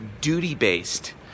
duty-based